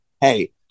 hey